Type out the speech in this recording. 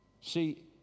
See